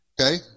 Okay